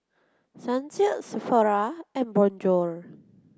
Sunsilk Sephora and Bonjour